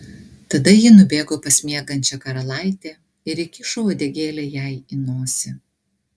tada ji nubėgo pas miegančią karalaitę ir įkišo uodegėlę jai į nosį